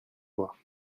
voie